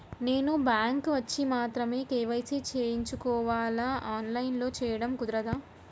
నేను బ్యాంక్ వచ్చి మాత్రమే కే.వై.సి చేయించుకోవాలా? ఆన్లైన్లో చేయటం కుదరదా?